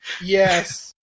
yes